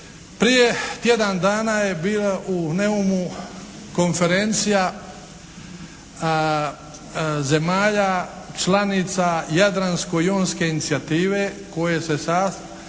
Prije tjedan dana je bila u Neumu konferencija zemalja članica Jadransko-jonske inicijative koja je sastavljena